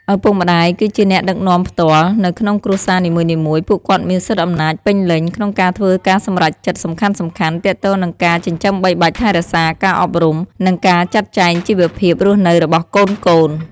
ឪពុកម្ដាយ គឺជា អ្នកដឹកនាំផ្ទាល់ នៅក្នុងគ្រួសារនីមួយៗ ពួកគាត់មាន សិទ្ធិអំណាចពេញលេញ ក្នុងការធ្វើការសម្រេចចិត្តសំខាន់ៗ ទាក់ទងនឹងការចិញ្ចឹមបីបាច់ថែរក្សា ការអប់រំ និងការចាត់ចែងជីវភាពរស់នៅរបស់កូនៗ។